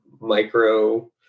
micro